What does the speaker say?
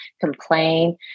complain